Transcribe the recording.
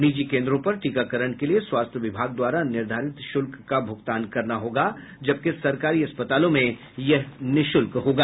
निजी केन्द्रों पर टीकाकरण के लिये स्वास्थ्य विभाग द्वारा निर्धारित शुल्क का भुगतान करना होगा जबकि सरकारी अस्पतालों में यह निशुल्क होगा